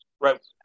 Right